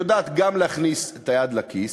היא יודעת גם להכניס את היד לכיס,